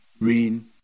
rain